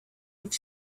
have